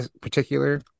particular